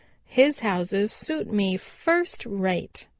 his houses suit me first rate.